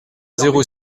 zéro